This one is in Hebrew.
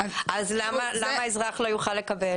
אז למה אזרח לא יוכל לקבל?